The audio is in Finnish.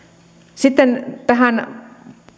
sitten tähän